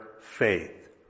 faith